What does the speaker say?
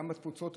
גם בתפוצות,